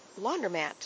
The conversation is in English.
laundromat